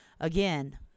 again